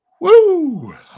Woo